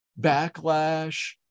backlash